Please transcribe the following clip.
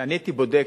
אני הייתי בודק.